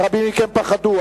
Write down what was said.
רבים מכם פחדו.